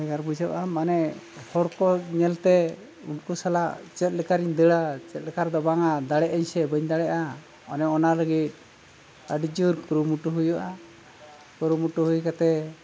ᱵᱷᱮᱜᱟᱨ ᱵᱩᱡᱷᱟᱹᱜᱼᱟ ᱢᱟᱱᱮ ᱦᱚᱲ ᱠᱚ ᱧᱮᱞᱛᱮ ᱩᱱᱠᱩ ᱥᱟᱞᱟᱜ ᱪᱮᱫ ᱞᱮᱠᱟᱨᱤᱧ ᱫᱟᱹᱲᱟ ᱪᱮᱫ ᱞᱮᱠᱟ ᱨᱮᱫᱚ ᱵᱟᱝᱼᱟ ᱫᱟᱲᱮᱭᱟᱜᱼᱟᱹᱧ ᱥᱮ ᱵᱟᱹᱧ ᱫᱟᱲᱮᱭᱟᱜᱼᱟ ᱚᱱᱮ ᱚᱱᱟ ᱞᱟᱹᱜᱤᱫ ᱟᱹᱰᱤᱡᱳᱨ ᱠᱩᱨᱩᱢᱩᱴᱩ ᱦᱩᱭᱩᱜᱼᱟ ᱠᱩᱨᱩᱢᱩᱴᱩ ᱦᱩᱭ ᱠᱟᱛᱮ